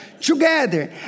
Together